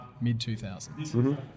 mid-2000s